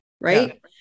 Right